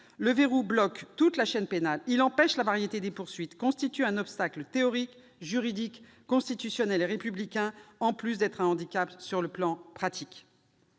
le verrou bloque toute la chaîne pénale. Il empêche la variété des poursuites et constitue un obstacle théorique, juridique, constitutionnel et républicain, en plus d'être un handicap sur le plan pratique.